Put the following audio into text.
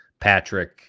Patrick